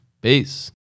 Peace